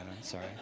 sorry